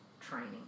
training